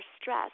stress